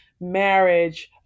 marriage